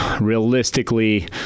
realistically